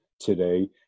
today